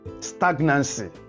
Stagnancy